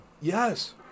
Yes